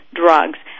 drugs